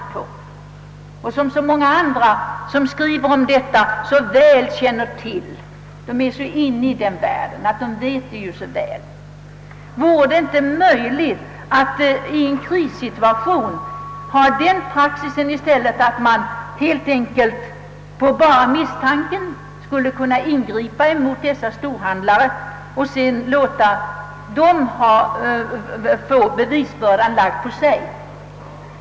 Många andra som skriver om narkotikaproblemen är också så inne i den här världen att de väl har reda på dessa storhandlare. Vore det inte möjligt att i en krissituation ha en sådan praxis att man utan vidare kunde ingripa mot dessa storhandlare och sedan låta dem få bevisbördan?